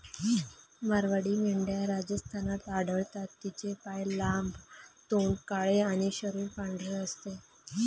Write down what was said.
मारवाडी मेंढ्या राजस्थानात आढळतात, तिचे पाय लांब, तोंड काळे आणि शरीर पांढरे असते